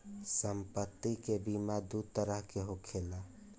सम्पति के बीमा दू तरह के होखेला